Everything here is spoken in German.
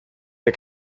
der